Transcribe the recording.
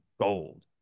gold